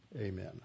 amen